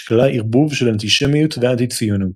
שכללה ערבוב של אנטישמיות ואנטי-ציונות.